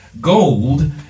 Gold